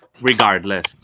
regardless